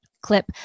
clip